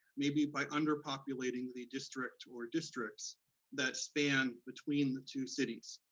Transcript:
maybe by underpopulating the district or districts that span between the two cities.